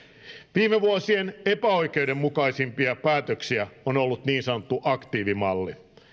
viime vuosien epäoikeudenmukaisimpia päätöksiä on ollut niin sanottu aktiivimalli